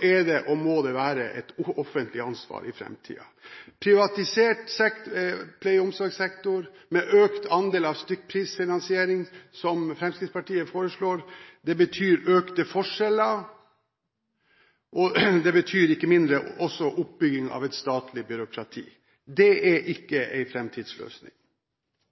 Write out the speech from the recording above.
er det, og må det være, et offentlig ansvar i framtiden. Privatisert pleie- og omsorgssektor med økt andel av stykkprisfinansiering, som Fremskrittspartiet foreslår, betyr økte forskjeller og ikke minst oppbygging av et statlig byråkrati. Det er ikke